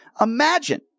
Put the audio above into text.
Imagine